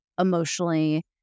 emotionally